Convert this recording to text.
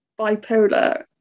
bipolar